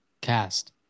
cast